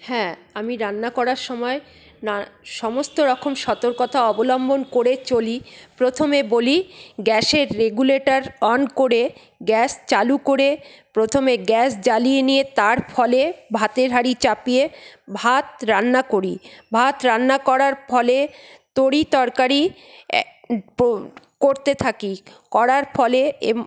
হ্যাঁ আমি রান্না করার সময় সমস্ত রকম সতর্কতা অবলম্বন করে চলি প্রথমে বলি গ্যাসের রেগুলেটর অন করে গ্যাস চালু করে প্রথমে গ্যাস জালিয়ে নিয়ে তার ফলে ভাতের হাঁড়ি চাপিয়ে ভাত রান্না করি ভাত রান্না করার ফলে তরি তরকারি করতে থাকি করার ফলে